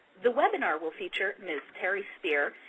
the webinar will feature ms. terri spear,